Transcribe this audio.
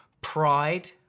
Pride